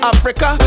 Africa